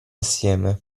assieme